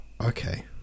okay